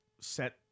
set